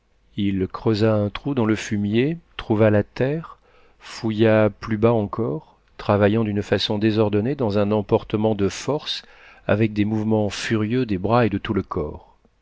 il creusa un trou dans le fumier trouva la terre fouilla plus bas encore travaillant d'une façon désordonnée dans un emportement de force avec des mouvements furieux des bras et de tout le corps